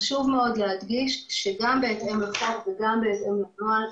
חשוב מאוד להדגיש שגם בהתאם לחוק וגם בהתאם לנוהל,